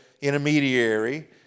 intermediary